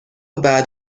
بعد